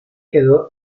quedó